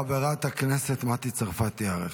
חברת הכנסת מטי צרפתי הרכבי.